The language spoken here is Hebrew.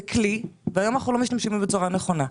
זה כלי שאנחנו לא משתמשים בו היום בצורה נכונה.